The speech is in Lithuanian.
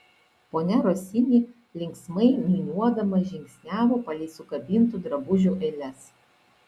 ponia rosini linksmai niūniuodama žingsniavo palei sukabintų drabužių eiles